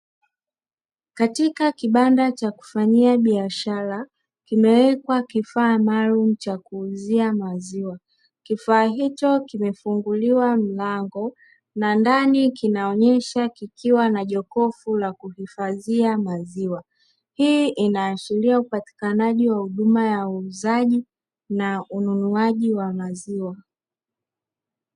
Katika kibanda cha kufanyia biashara kimewekwa kifaa maalumu cha kuuzia maziwa. Kifaa hicho kimefunguliwa mlango na ndani kinaonyesha kikiwa na jokofu la kuhifadhia maziwa, hii inaashiria upatikanaji wa huduma ya uuzaji na ununuaji wa maziwa.